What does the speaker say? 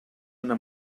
una